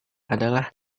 adalah